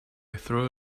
threw